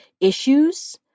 issues